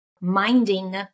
minding